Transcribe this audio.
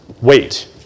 Wait